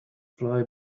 fly